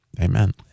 Amen